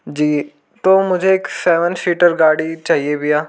जी तो मुझे एक सेवन सीटर गाड़ी चाहिए भय्या